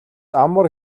амар